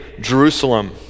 Jerusalem